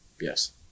Yes